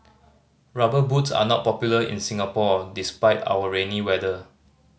Rubber Boots are not popular in Singapore despite our rainy weather